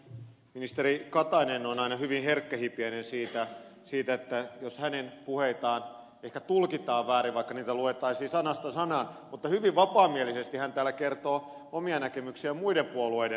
ministeri katainen on aina hyvin herkkähipiäinen siitä jos hänen puheitaan ehkä tulkitaan väärin vaikka niitä luettaisiin sanasta sanaan mutta hyvin vapaamielisesti hän täällä kertoo omia näkemyksiään muiden puolueiden kannoista